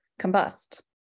combust